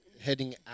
heading